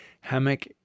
hammock